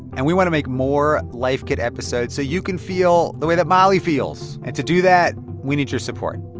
and we want to make more life kit episodes so you can feel the way that molly feels. and to do that, we need your support.